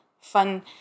fun